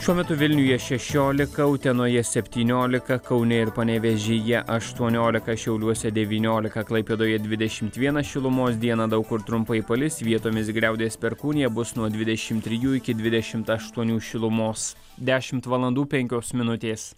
šiuo metu vilniuje šešiolika utenoje septyniolika kaune ir panevėžyje aštuoniolika šiauliuose devyniolika klaipėdoje dvidešimt vienas šilumos dieną daug kur trumpai palis vietomis griaudės perkūnija bus nuo dvidešimt trijų iki dvidešimt aštuonių šilumos dešimt valandų penkios minutės